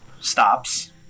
stops